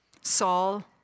Saul